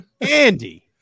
Andy